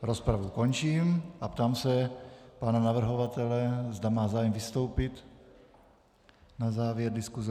Rozpravu tedy končím a ptám se pana navrhovatele, zda má zájem vystoupit na závěr diskuse.